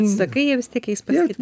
atsidakai jie vis tiek eis pas kitą